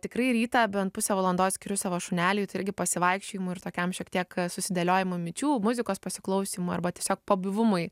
tikrai rytą bent pusę valandos skiriu savo šuneliui irgi pasivaikščiojimui ir tokiam šiek tiek susidėliojimui minčių muzikos pasiklausymui arba tiesiog pabuvimui